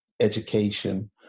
education